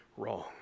wrong